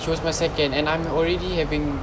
she was my second and I'm already having